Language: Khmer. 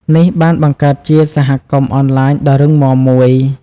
នេះបានបង្កើតជាសហគមន៍អនឡាញដ៏រឹងមាំមួយ។